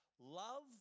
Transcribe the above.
Love